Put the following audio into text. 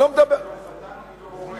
בתור חתן או בתור אורח?